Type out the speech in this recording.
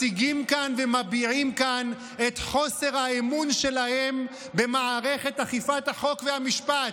מציגים ומביעים כאן את חוסר האמון שלהם במערכת אכיפת החוק והמשפט.